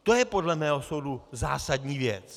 To je podle mého soudu zásadní věc.